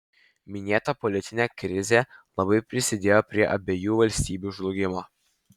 minėta politinė krizė labai prisidėjo prie abiejų valstybių žlugimo